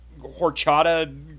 horchata